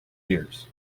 years